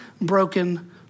broken